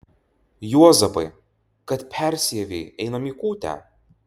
juozapai kad persiavei einam į kūtę